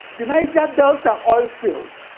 the niger-delta oilfield